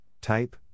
type